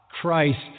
Christ